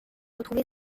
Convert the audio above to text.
retrouvé